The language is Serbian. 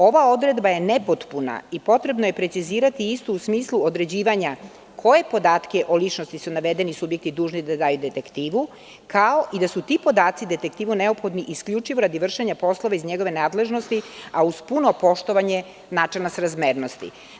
Ova odredba je nepotpuna i potrebno je precizirati istu, u smislu određivanja koje podatke o ličnosti su navedeni subjekti dužni da daju detektivu, kao i da su ti podaci detektivu neophodni isključivo radi vršenja poslova iz njegove nadležnosti, a uz puno poštovanje načela srazmernosti.